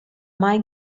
mai